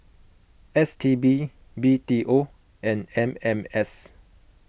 S T B B T O and M M S